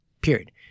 period